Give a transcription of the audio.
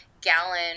gallon